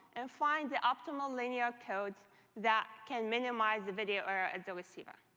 and find the optimal linear codes that can minimize the video error at the receiver.